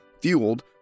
fueled